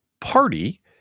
party